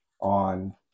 on